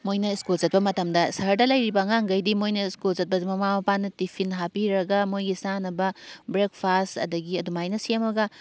ꯃꯣꯏꯅ ꯁ꯭ꯀꯨꯜ ꯆꯠꯄ ꯃꯇꯝꯗ ꯁꯍꯔꯗ ꯂꯩꯔꯤꯕ ꯑꯉꯥꯡꯈꯩꯗꯤ ꯃꯣꯏꯅ ꯁ꯭ꯀꯨꯜ ꯆꯠꯄꯁꯨ ꯃꯃꯥ ꯃꯄꯥꯅ ꯇꯤꯐꯤꯟ ꯍꯥꯞꯄꯤꯔꯒ ꯃꯣꯏꯒꯤ ꯆꯥꯅꯕ ꯕ꯭ꯔꯦꯛꯐꯥꯁꯠ ꯑꯗꯒꯤ ꯑꯗꯨꯃꯥꯏꯅ ꯁꯦꯝꯃꯒ